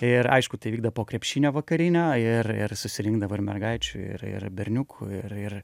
ir aišku tai vykda po krepšinio vakarinio ir ir susirinkdavo ir mergaičių ir ir berniukų ir ir